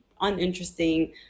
uninteresting